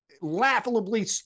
laughably